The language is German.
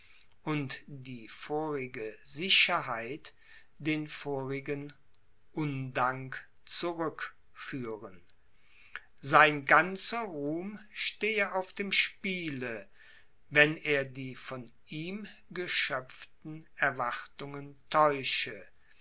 und die vorige sicherheit den vorigen undank zurückführen sein ganzer ruhm stehe auf dem spiele wenn er die von ihm geschöpften erwartungen täusche